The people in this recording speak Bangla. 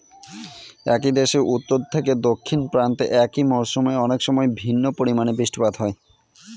একই দেশের উত্তর থেকে দক্ষিণ প্রান্তে একই মরশুমে অনেকসময় ভিন্ন পরিমানের বৃষ্টিপাত হয়